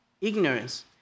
ignorance